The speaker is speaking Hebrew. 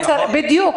בדיוק.